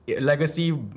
legacy